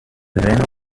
wenn